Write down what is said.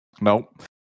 Nope